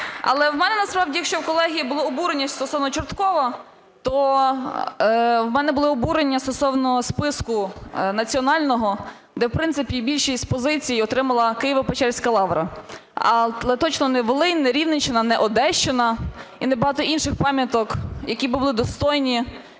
Але в мене насправді, якщо в колеги було обурення стосовно Чорткова, то в мене були обурення стосовно списку національного, де, в принципі, більшість позицій отримала Києво-Печерська лавра. Але точно не Волинь, не Рівненщина, не Одещина і не багато інших пам'яток, які би були достойні,